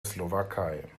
slowakei